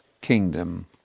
kingdom